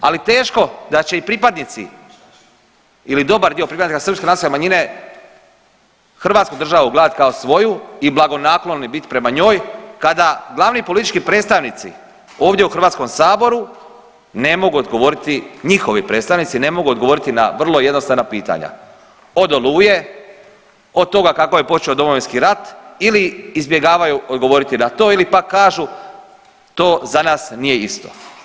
Ali teško da će i pripadnici ili dobar dio pripadnika Srpske nacionalne manjine Hrvatsku državu gledat kao svoju i blagonakloni bit prema njoj kada glavni politički predstavnici ovdje u HS-u ne mogu odgovoriti, njihovi predstavnici, ne mogu odgovoriti na vrlo jednostavna pitanja, od „Oluje“, od toga kako je počeo Domovinski rat ili izbjegavaju odgovoriti na to ili pak kažu to za nas nije isto.